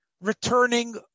Returning